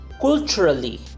culturally